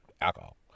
alcohol